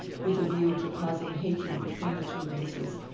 with a view to causing hatred between the two races,